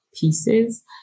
pieces